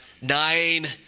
nine